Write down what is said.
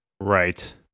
Right